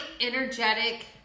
energetic